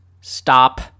stop